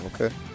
Okay